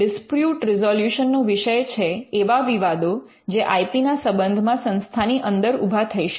dispute resolution નો વિષય છે એવા વિવાદો જે આઇ પી ના સંબંધમાં સંસ્થાની અંદર ઉભા થઇ શકે